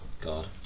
god